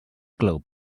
club